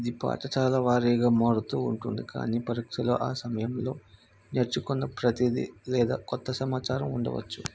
ఇది పాఠశాల వారీగా మారుతూ ఉంటుంది కానీ పరీక్షలో ఆ సమయంలో నేర్చుకున్న ప్రతిదీ లేదా కొత్త సమాచారం ఉండవచ్చు